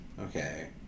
Okay